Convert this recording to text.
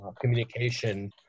communication